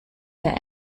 der